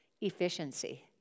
Efficiency